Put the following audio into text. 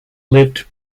lived